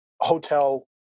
hotel